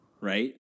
right